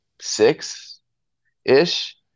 six-ish